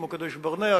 כמו קדש-ברנע,